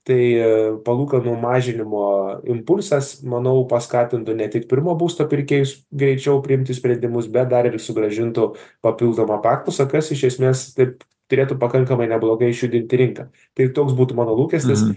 tai palūkanų mažinimo impulsas manau paskatintų ne tik pirmo būsto pirkėjus greičiau priimti sprendimus bet dar ir sugrąžintų papildomą paklausą kas iš esmės taip turėtų pakankamai neblogai išjudinti rinką tai toks būtų mano lūkestis